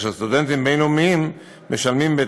וסטודנטים בין-לאומיים משלמים,